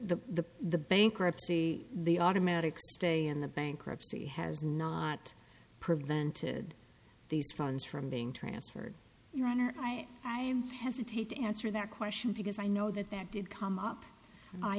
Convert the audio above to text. correct the the bankruptcy the automatic stay in the bankruptcy has not prevented these funds from being transferred your honor i hesitate to answer that question because i know that that did come up